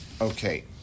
Okay